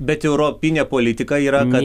bet europinė politika yra kad